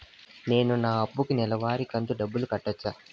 నేను నా అప్పుకి నెలవారి కంతు డబ్బులు కట్టొచ్చా?